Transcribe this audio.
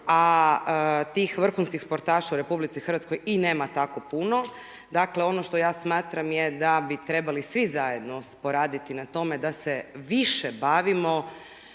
a tih vrhunskih sportaša u RH i nema tako puno. Dakle, ono što ja smatram je da bi trebali svi zajedno poraditi na tome da se više bavimo